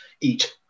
eat